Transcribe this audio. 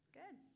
good